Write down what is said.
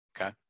Okay